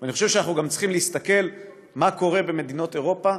ואני חושב שאנחנו גם צריכים להסתכל מה קורה במדינות אירופה,